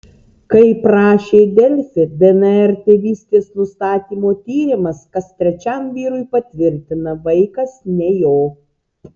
kaip rašė delfi dnr tėvystės nustatymo tyrimas kas trečiam vyrui patvirtina vaikas ne jo